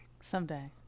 Someday